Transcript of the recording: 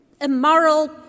immoral